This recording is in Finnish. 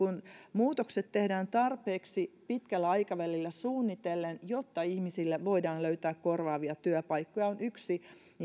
muutokset tehdään tarpeeksi pitkällä aikavälillä suunnitellen jotta ihmisille voidaan löytää korvaavia työpaikkoja on yksi